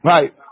Right